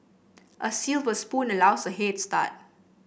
a silver spoon allows a head start